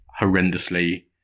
horrendously